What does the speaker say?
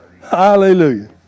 Hallelujah